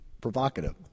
provocative